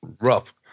rough